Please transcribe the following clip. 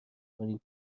کنید